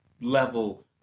level